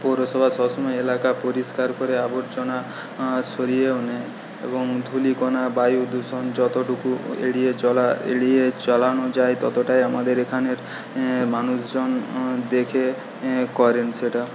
পৌরসভা সবসময় এলাকা পরিষ্কার করে আবর্জনা সরিয়েও নেয় এবং ধূলিকণা বায়ুদূষণ যতটুকু এড়িয়ে চলা এড়িয়ে চলানো যায় ততটাই আমাদের এখানের মানুষজন দেখে করেন সেটা